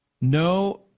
No